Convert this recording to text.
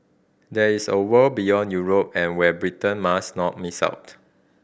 there is a world beyond Europe and where Britain must not miss out